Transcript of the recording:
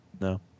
No